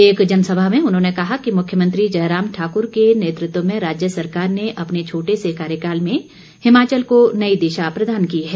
एक जनसभा में उन्होंने कहा कि मुख्यमंत्री जयराम ठाकुर के नेतृत्व में राज्य सरकार ने अपने छोटे से कार्यकाल में हिमाचल को नई दिशा प्रदान की है